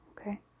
okay